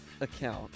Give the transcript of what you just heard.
account